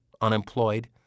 unemployed